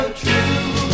true